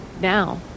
now